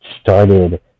started